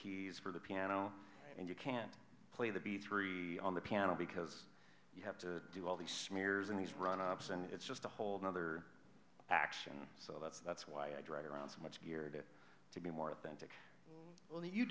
keys for the piano and you can't play the b three on the piano because you have to do all the smears and these run ups and it's just a whole nother action so that's that's why i drag around so much gear it to be more authentic